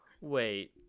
Wait